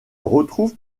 retrouve